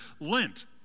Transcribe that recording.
Lent